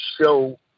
show